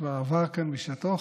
שכבר עבר כאן בשעתו,